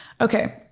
Okay